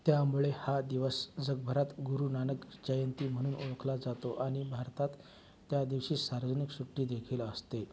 त्यामुळे हा दिवस जगभरात गुरुनानक जयंती म्हणून ओळखला जातो आणि भारतात त्या दिवशी सार्वजनिक सुट्टीदेखील असते